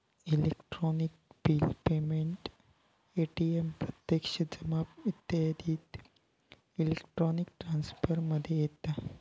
electronic bill payment, ATM प्रत्यक्ष जमा इत्यादी इलेक्ट्रॉनिक ट्रांसफर मध्ये येता